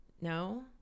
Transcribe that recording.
no